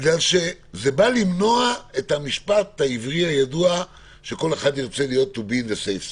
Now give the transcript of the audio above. זה בא למנוע את המשפט העברי הידוע שכל אחד רוצה להיות in the safe side,